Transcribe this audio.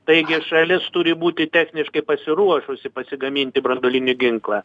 taigi šalis turi būti techniškai pasiruošusi pasigaminti branduolinį ginklą